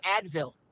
Advil